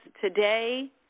today